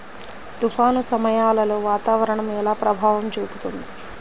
తుఫాను సమయాలలో వాతావరణం ఎలా ప్రభావం చూపుతుంది?